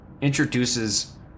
introduces